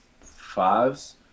fives